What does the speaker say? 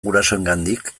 gurasoengandik